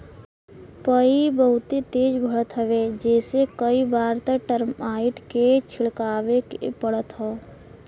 पई बहुते तेज बढ़त हवे जेसे कई बार त टर्माइट के छिड़कवावे के पड़त हौ